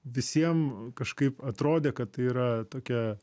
visiem kažkaip atrodė kad tai yra tokia